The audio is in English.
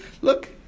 look